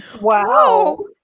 Wow